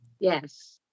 yes